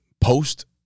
post